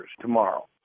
tomorrow